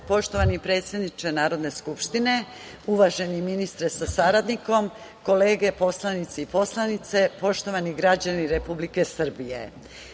predsedniče Narodne skupštine, uvaženi ministre sa saradnikom, kolege poslanici i poslanice, poštovani građani Republike Srbije,